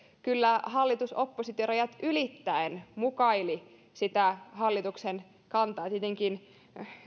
kyllä hallitus oppositio rajat ylittäen mukailivat hallituksen kantaa tietenkin